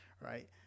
right